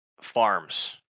farms